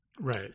Right